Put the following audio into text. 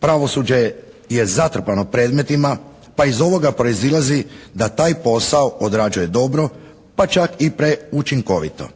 Pravosuđe je zatrpano predmetima pa iz ovoga proizilazi da taj posao odrađuje dobro, pa čak i preučinkovito.